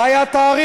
מה היה התאריך?